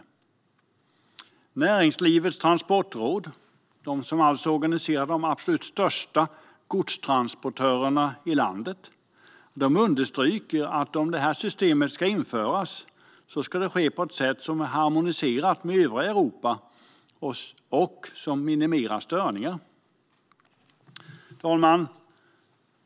Näringslivets Transportråd, som organiserar de absolut största godstransportörerna i landet, understryker: Om detta system ska införas ska det ske på ett sätt som är harmoniserat med övriga Europa och som minimerar störningar. Herr talman!